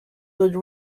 wood